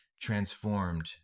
transformed